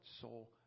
soul